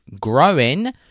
growing